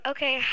Okay